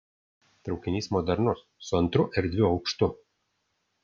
traukinys modernus su antru erdviu aukštu